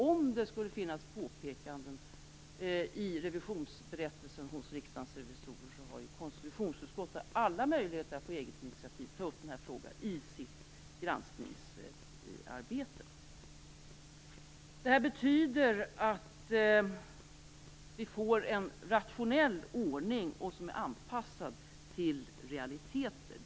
Om det skulle finnas påpekanden i revisionsberättelsen hos Riksdagens revisorer har dessutom konstitutionsutskottet alla möjligheter att på eget initiativ ta upp den här frågan i sitt granskningsarbete. Det här betyder att vi får en rationell ordning som är anpassad till realiteter.